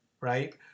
right